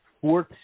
fourth